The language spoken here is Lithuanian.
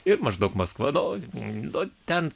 ir maždaug maskva nu nu ten